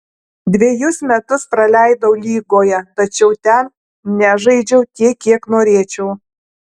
dvejus metus praleidau lygoje tačiau ten nežaidžiau tiek kiek norėčiau